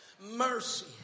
Mercy